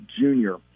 junior